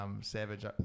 savage